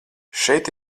šeit